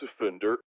offender